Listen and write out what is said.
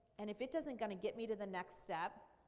and if it isn't going to get me to the next step,